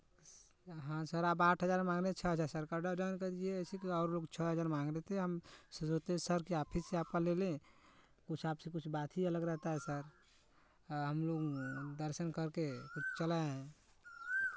हाँ सर आप आठ हज़ार मांग रहे छः हज़ार सर कर डन कर दीजिये इसीको और लोग छः हज़ार मांग रहे थे हम सोच रहे थे सर कि आप ही से आपका ले लें कुछ आपसे कुछ बात ही अलग रहता है सर हमलोग दर्शन करके चले आयें